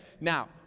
now